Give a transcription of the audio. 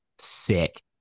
sick